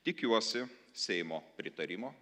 tikiuosi seimo pritarimo